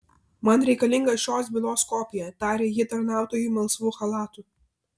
man reikalinga šios bylos kopija tarė ji tarnautojui melsvu chalatu